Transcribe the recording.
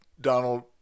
Donald